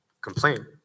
complain